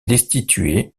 destitué